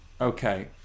okay